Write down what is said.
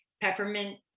peppermint